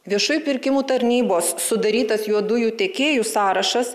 viešųjų pirkimų tarnybos sudarytas juodųjų tiekėjų sąrašas